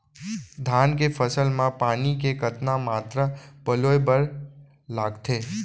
धान के फसल म पानी के कतना मात्रा पलोय बर लागथे?